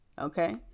Okay